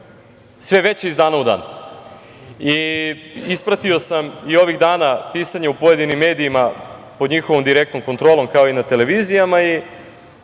sve veća iz dana u dan. Ispratio sam i ovih dana pisanje u pojedinim medijima pod njihovom direktnom kontrolom, kao i na televizijama,